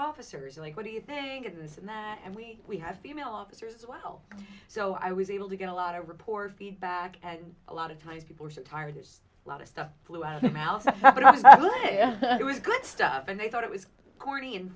officers like what do you think of this and that and we we have female officers well so i was able to get a lot of reports feedback and a lot of times people are tired of a lot of stuff flew out of the mouth it was good stuff and i thought it was corny and